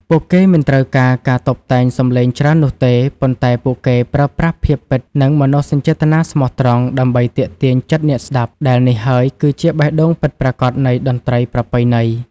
ពួកគេមិនត្រូវការការតុបតែងសំឡេងច្រើននោះទេ ប៉ុន្តែពួកគេប្រើប្រាស់ភាពពិត និង មនោសញ្ចេតនាស្មោះត្រង់ ដើម្បីទាក់ទាញចិត្តអ្នកស្តាប់ ដែលនេះហើយគឺជាបេះដូងពិតប្រាកដនៃតន្ត្រីប្រពៃណី។